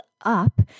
up